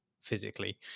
physically